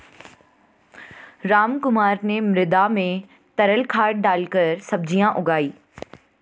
रामकुमार ने मृदा में तरल खाद डालकर सब्जियां उगाई